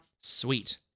Sweet